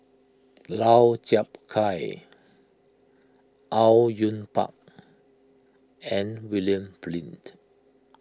Lau Chiap Khai Au Yue Pak and William Flint